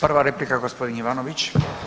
Prva replika gospodin Ivanović.